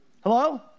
Hello